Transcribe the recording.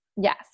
Yes